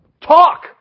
talk